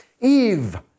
Eve